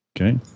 okay